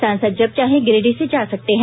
सांसद जब चाहे गिरिडीह से जा सकते हैं